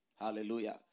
Hallelujah